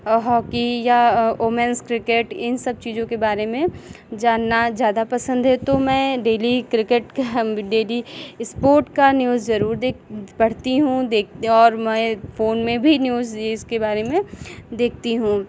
hockey या women's cricket इन सब चीज़ों के बारे में जानना ज़्यादा पसंद है तो मैं डेली क्रिकेट डेली स्पोर्ट का न्यूज़ ज़रूर देख पढ़ती हूँ देखती और मैं फोन में भी न्यूज़ इसके बारे में देखती हूँ